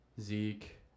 Zeke